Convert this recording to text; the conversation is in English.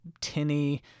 tinny